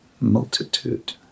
Multitude